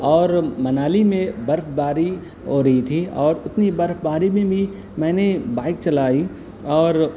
اور منالی میں برف باری ہو رہی تھی اور اتنی برف باری میں بھی میں نے بائک چلائی اور